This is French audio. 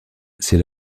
c’est